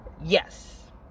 yes